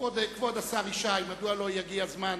כבוד השר ישי, מדוע לא יגיע הזמן